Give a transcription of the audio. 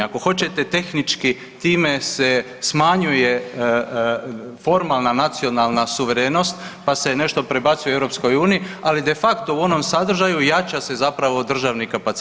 Ako hoćete tehnički time se smanjuje formalna nacionalna suverenost, pa se nešto prebacuje EU, ali de facto u onom sadržaju jača se zapravo državni kapacitet.